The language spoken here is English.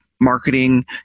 marketing